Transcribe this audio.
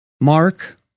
Mark